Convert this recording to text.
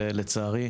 לצערי,